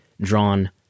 drawn